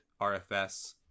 RFS